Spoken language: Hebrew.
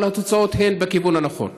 אבל התוצאות הן בכיוון הנכון.